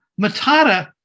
Matata